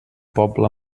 poble